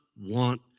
want